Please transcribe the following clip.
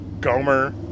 Gomer